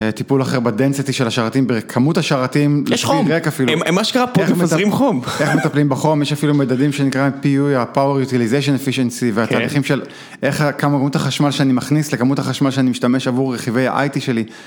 טיפול אחר בדנסיטי של השרתים, בכמות השרתים. יש חום, הם אשכרה פה מפזרים חום..., איך מטפלים בחום, יש אפילו מדדים שנקראים פי יו, ה-Power Utilization Efficiency, והתהליכים של איך... כמה כמות החשמל שאני מכניס, לכמות החשמל שאני משתמש עבור רכיבי ה-IT שלי.